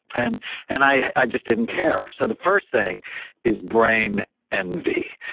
and and i just didn't care. so the first thing is brain envy.